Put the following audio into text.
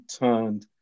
turned